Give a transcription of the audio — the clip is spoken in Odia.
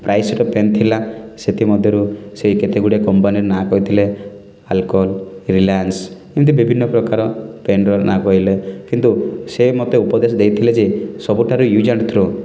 ପ୍ରାଇସ୍ର ପେନ୍ ଥିଲା ସେଥି ମଧ୍ୟରୁ ସେ କେତେ ଗୁଡ଼ିଏ କମ୍ପାନୀର ନାଁ କହିଥିଲେ ଆଲକଲ ରିଲାନ୍ସ ଏମିତି ବିଭିନ୍ନ ପ୍ରକାର ପେନ୍ର ନାଁ କହିଲେ କିନ୍ତୁ ସେ ମୋତେ ଉପଦେଶ ଦେଇଥିଲେ ଯେ ସବୁଠାରୁ ୟୁଜ୍ ଆଣ୍ଡ୍ ଥ୍ରୋ